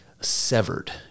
Severed